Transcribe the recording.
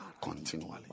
continually